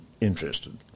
interested